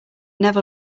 never